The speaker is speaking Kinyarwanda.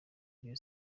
rayon